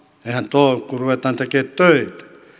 eihän tuo ole kuin että ruvetaan tekemään töitä